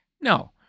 No